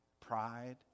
pride